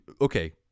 Okay